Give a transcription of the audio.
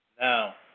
Now